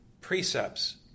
precepts